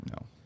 No